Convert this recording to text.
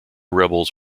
rebels